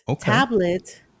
tablet